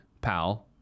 pal